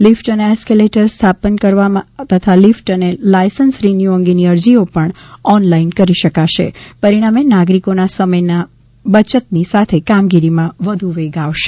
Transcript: lift અને એસ્કેલેટરના સ્થાપન કરવા તથા લીફટ અને લાયસન્સ રીન્યુ અંગેની અરજીઓ પણ ઓન લાઈન કરી શકાશે પરિણામે નાગરિકીના સમયના બચતની સાથે કામગીરીમાં વધુ વેગ આવશે